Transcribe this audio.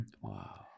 Wow